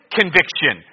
conviction